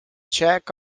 jack